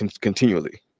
continually